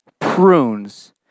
prunes